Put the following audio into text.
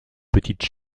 petites